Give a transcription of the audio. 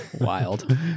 Wild